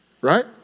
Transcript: Right